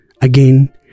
again